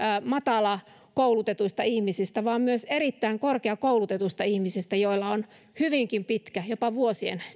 matalakoulutetuista ihmisistä vaan myös erittäin korkeakoulutetuista ihmisistä joilla on hyvinkin pitkä jopa vuosien